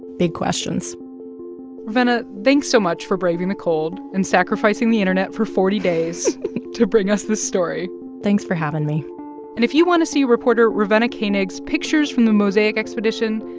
big questions ravenna, thanks so much for braving the cold and sacrificing the internet for forty days to bring us this story thanks for having me and if you want to see reporter ravenna koenig's pictures from the mosaic expedition,